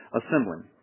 assembling